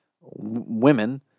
women